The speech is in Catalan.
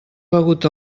begut